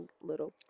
little